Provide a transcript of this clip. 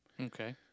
Okay